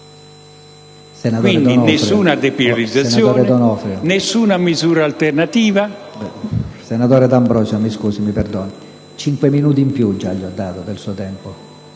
quindi, nessuna depenalizzazione, nessuna misura alternativa.